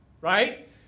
Right